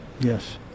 Yes